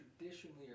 traditionally